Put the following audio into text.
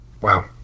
Wow